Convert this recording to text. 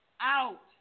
Out